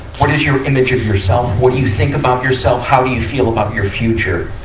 what is your image of yourself? what do you think about yourself? how do you feel about your future